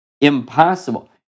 impossible